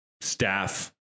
staff